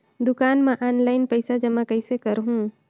दुकान म ऑनलाइन पइसा जमा कइसे करहु?